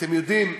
אתם יודעים,